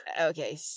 Okay